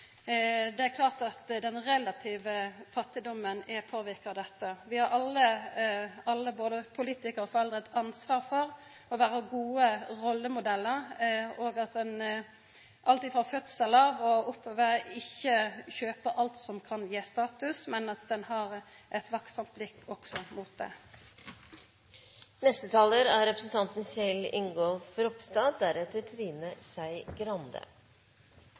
eit ansvar for å vera gode rollemodellar, og for at ein – alt frå fødselen av og framover – ikkje kjøper alt som kan gje status, men at ein har eit vaktsamt blikk